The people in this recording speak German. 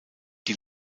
die